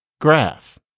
grass